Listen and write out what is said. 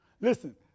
Listen